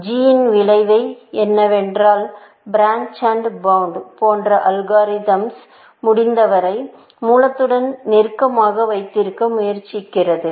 G இன் விளைவு என்னவென்றால் பிரான்ச் அண்டு பாண்டு போன்ற அல்காரிதம்ஸ்முடிந்தவரை மூலத்துடன் நெருக்கமாக வைக்க முயற்சிக்கிறது